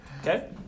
Okay